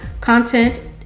content